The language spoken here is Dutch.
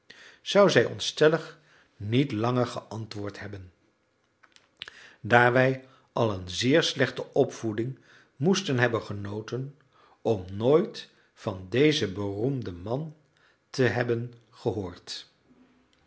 zou zij ons stellig niet langer geantwoord hebben daar wij al een zeer slechte opvoeding moesten hebben genoten om nooit van dezen beroemden man te hebben gehoord